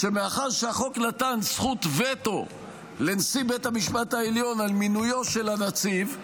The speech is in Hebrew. מאחר שהחוק נתן זכות וטו לנשיא בית המשפט העליון על מינויו של הנציב,